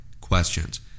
questions